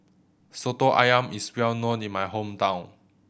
Soto Ayam is well known in my hometown